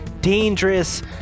dangerous